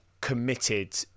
committed